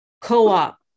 Co-op